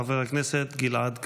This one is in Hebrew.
חבר הכנסת גלעד קריב.